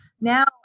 now